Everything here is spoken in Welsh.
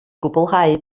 gwblhau